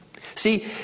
See